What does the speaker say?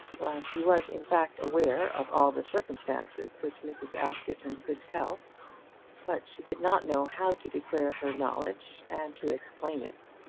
while she was in fact aware of all the circumstances which mrs. askerton could tell but she did not know how to declare her knowledge and to explain it.